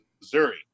Missouri